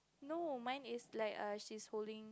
no mine is like err she's holding